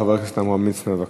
חבר הכנסת עמרם מצנע, בבקשה.